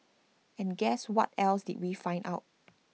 and guess what else did we find out